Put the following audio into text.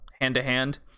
hand-to-hand